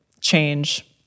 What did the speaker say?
change